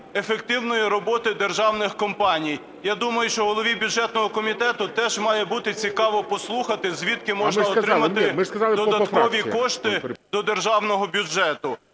ефективної роботи державних компаній. Я думаю, що голові бюджетного комітету теж має бути цікаво послухати, звідки можна отримати додаткові кошти до державного бюджету.